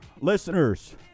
listeners